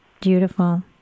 Beautiful